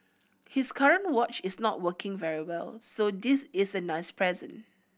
his current watch is not working very well so this is a nice present